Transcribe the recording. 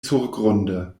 surgrunde